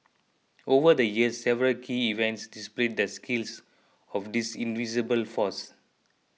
over the years several key events displayed the skills of this invisible force